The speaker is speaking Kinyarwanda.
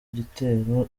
gitero